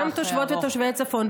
גם תושבות ותושבי הצפון,